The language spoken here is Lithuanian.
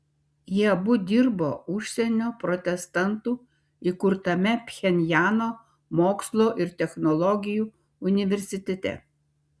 jie abu dirbo užsienio protestantų įkurtame pchenjano mokslo ir technologijų universitete